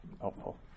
helpful